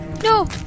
No